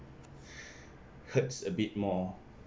hurts a bit more